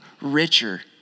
richer